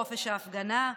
חופש ההפגנה,